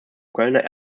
kölner